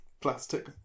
plastic